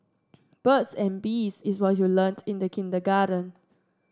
birds and bees is what you learnt in the kindergarten